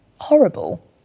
Horrible